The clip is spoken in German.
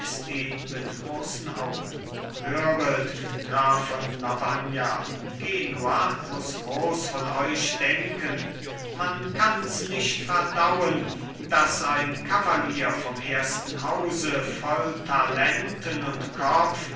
mit großen augen höret graf von lavagna genua muß groß von euch denken man kanns nicht verdauen daß ein kavalier vom ersten hause voll talenten und